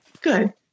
Good